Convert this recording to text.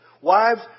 Wives